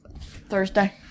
Thursday